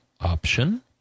Option